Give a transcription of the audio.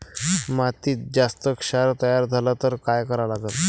मातीत जास्त क्षार तयार झाला तर काय करा लागन?